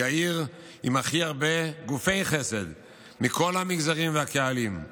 היא העיר עם הכי הרבה גופי חסד של כל המגזרים והקהלים.